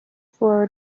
for